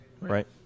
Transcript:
Right